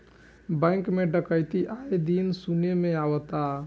bank में डकैती आये दिन सुने में आवता